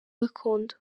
gakondo